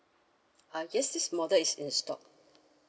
ah yes this model is in stock